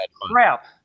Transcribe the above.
crap